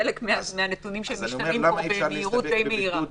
זה חלק מהנתונים שמשתנים פה במהירות די מהירה.